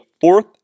fourth